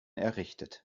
errichtet